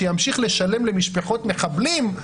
שימשיך לשלם למשפחות מחבלים,